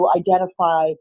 identify